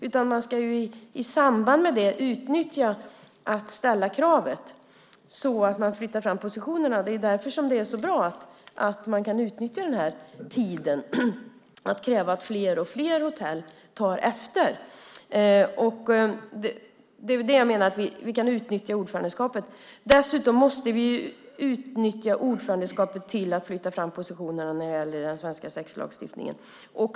Man ska i samband med det utnyttja tillfället och ställa kravet så att man flyttar fram positionerna. Det är därför som det är så bra att man kan utnyttja den här tiden till att kräva det så att fler och fler tar efter. Det menar jag att vi kan utnyttja ordförandeskapet till. Dessutom måste vi utnyttja ordförandeskapet till att flytta fram positionerna när det gäller den svenska sexlagstiftningen.